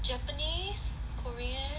japanese korean